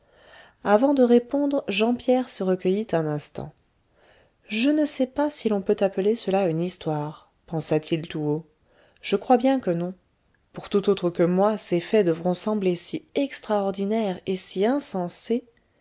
avant de répondre jean pierre se recueillit un instant je ne sais pas si l'on peut appeler cela une histoire pensa-t-il tout haut je crois bien que non pour tout autre que moi ces faits devront sembler si extraordinaires et si insensés